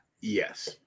Yes